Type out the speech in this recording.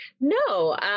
no